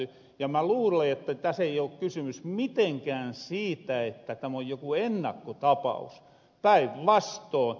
mä luulen että täs ei oo kysymys mitenkään siitä että täm on joku ennakkotapaus päinvastoon